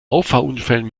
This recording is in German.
auffahrunfällen